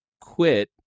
quit